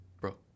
bro